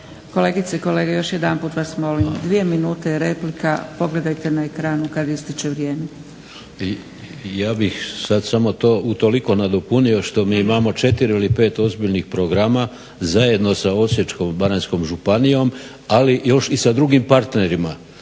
Kolegice i kolege još jedanput vas molim dvije minute je replika, pogledajte na ekranu kad ističe vrijeme. **Šoja, Deneš (Nezavisni)** Ja bih sad samo utoliko nadopunio što mi imamo 4 ili 5 ozbiljnih programa zajedno sa Osječko-baranjskom županijom ali još i sa drugim partnerima